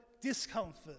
discomfort